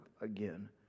again